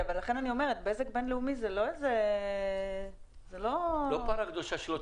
בזק בינלאומי זה לא --- לא פרה גדושה.